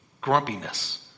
grumpiness